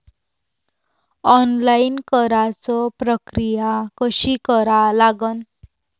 Online कराच प्रक्रिया कशी करा लागन?